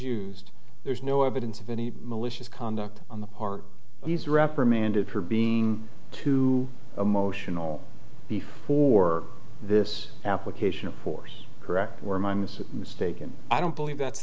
used there's no evidence of any malicious conduct on the part he was reprimanded for being too emotional for this application of force correct were mimes mistaken i don't believe that's